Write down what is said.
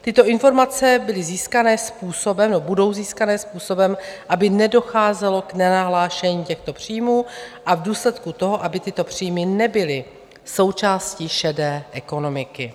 Tyto informace byly získané způsobem nebo budou získané způsobem, aby nedocházelo k nenahlášení těchto příjmů, a v důsledku toho, aby tyto příjmy nebyly součástí šedé ekonomiky.